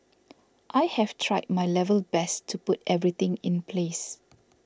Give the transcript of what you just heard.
I have tried my level best to put everything in place